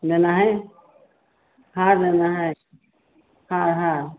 लेना हए हार लेना हए हार हार